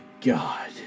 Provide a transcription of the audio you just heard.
god